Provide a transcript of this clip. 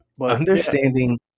understanding